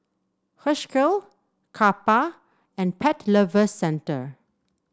Herschel Kappa and Pet Lovers Centre